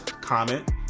comment